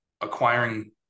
acquiring